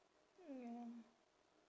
ya